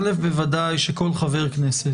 א', בוודאי שכל חבר כנסת